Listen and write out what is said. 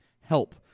help